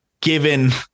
given